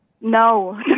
No